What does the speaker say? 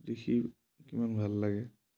দেখি কিমান ভাল লাগে